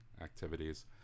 activities